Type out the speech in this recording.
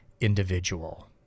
individual